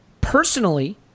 Personally